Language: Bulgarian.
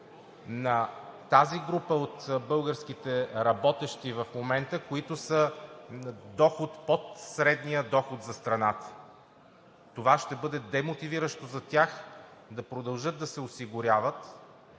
на тази група от българите, работещи в момента, които са с доход под средния за страната. Това за тях ще бъде демотивиращо – да продължат да се осигуряват